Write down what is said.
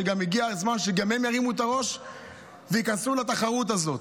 שגם הגיע הזמן שירימו את הראש ויכנסו לתחרות הזאת.